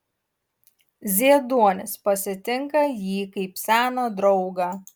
zieduonis pasitinka jį kaip seną draugą